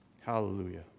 Hallelujah